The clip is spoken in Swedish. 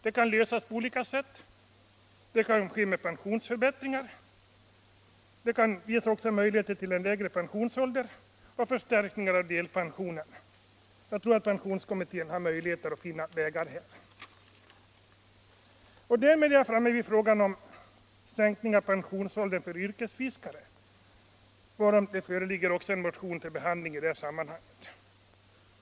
Det kan lösas på olika sätt. Det kan ske med pensionsförbättringar. Det kan också ges möjligheter till lägre pensionsålder och till förstärkning av delpensioner. Jag tror att pensionskommittén har möjligheter att finna vägar härvidlag. Därmed är jag framme vid frågan om sänkning av pensionsåldern för yrkesfiskare, varom en motion föreligger till behandling i detta sammanhang.